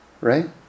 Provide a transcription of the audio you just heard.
right